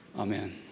Amen